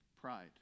Pride